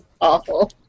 awful